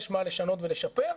יש מה לשנות ולשפר,